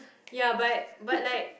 ya but but like